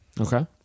Okay